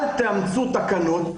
אל תאמצו תקנות,